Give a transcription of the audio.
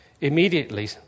Immediately